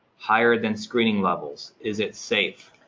higher than screening levels, is it safe.